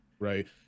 Right